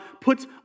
puts